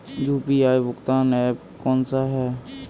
UPI भुगतान app कौन सा है?